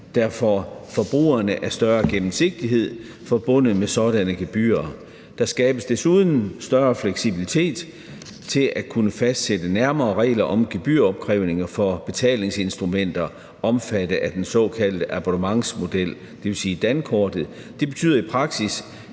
der for forbrugerne er større gennemsigtighed forbundet med sådanne gebyrer. Der skabes desuden større fleksibilitet til at kunne fastsætte nærmere regler om gebyropkrævninger for betalingsinstrumenter omfattet af den såkaldte abonnementsmodel, dvs. dankortet. Det betyder i praksis,